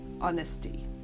honesty